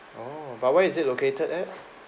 oh but where is it located at